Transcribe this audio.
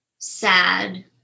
sad